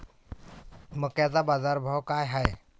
मक्याचा बाजारभाव काय हाय?